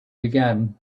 began